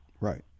Right